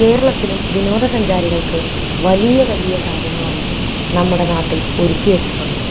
കേരളത്തിലും വിനോദസഞ്ചാരികൾക്ക് വലിയ വലിയ കാര്യങ്ങളാണ് നമ്മുടെ നാട്ടിൽ ഒരുക്കി വച്ചിട്ടുള്ളത്